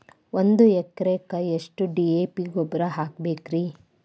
ಒಂದು ಎಕರೆಕ್ಕ ಎಷ್ಟ ಡಿ.ಎ.ಪಿ ಗೊಬ್ಬರ ಹಾಕಬೇಕ್ರಿ?